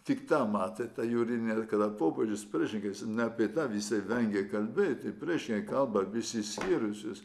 tik tą matė tą juridinį ir kada popiežius prižiūri jis ne apie tą jisai vengė kalbėti prieš jei kalba apie išsiskyrusius